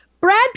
Brad